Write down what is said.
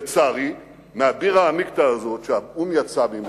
לצערי, הבירא עמיקתא הזה שהאו"ם יצא ממנו,